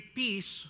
peace